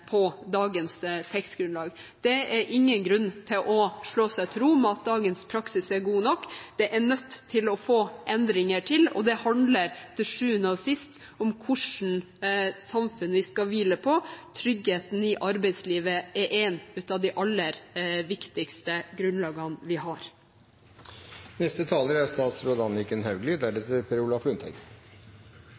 dagens tekstgrunnlag. Det er ingen grunn til å slå seg til ro med at dagens praksis er god nok, det er nødt til å bli endringer, og det handler til sjuende og sist om hva slags samfunn vi skal hvile på – trygghet i arbeidslivet er ett av de aller viktigste grunnlagene vi har.